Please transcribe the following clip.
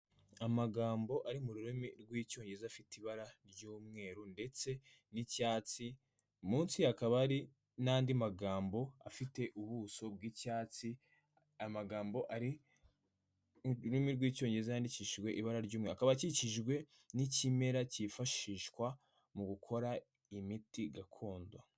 Amagambo ari mu rurimi rw'icyongereza afite ibara ry'umweru, ndetse n'icyatsi, munsi akaba ari n'andi magambo afite ubuso bw'icyatsi amagambo ari ururimi rw'icyongereza, yandikishijwe ibara ry'kaba akikijwe n'ikimera, cyifashishwa mu gukora imiti gakondo.